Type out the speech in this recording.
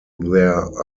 their